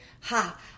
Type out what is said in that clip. ha